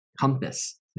compass